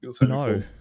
No